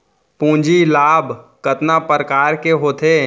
पूंजी लाभ कतना प्रकार के होथे?